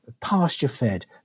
pasture-fed